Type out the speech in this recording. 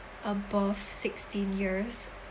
above sixteen years